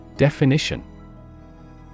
Definition